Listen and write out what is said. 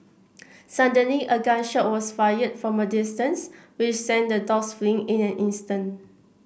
suddenly a gun shot was fired from a distance which sent the dogs fleeing in an instant